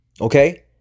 Okay